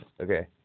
Okay